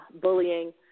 bullying